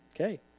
Okay